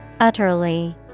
Utterly